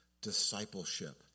discipleship